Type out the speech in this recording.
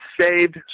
saved